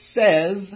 says